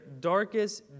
darkest